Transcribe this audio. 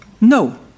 No